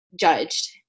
judged